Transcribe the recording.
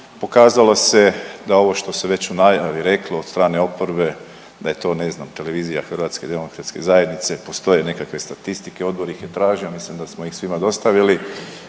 Pokazalo se da ovo što se već u najavi reklo od strane oporbe da je to ne znam televizija HDZ-a postoje nekakve statistike odbor ih je tražio mislim da smo ih svima dostavili